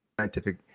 scientific